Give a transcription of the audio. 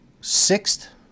sixth